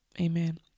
Amen